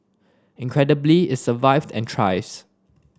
incredibly it survived and thrives